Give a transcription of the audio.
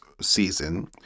season